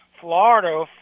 Florida